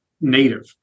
native